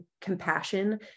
compassion